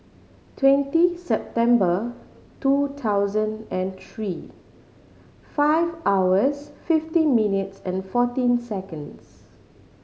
twenty September two thousand and three five hours fifteen minutes and fourteen seconds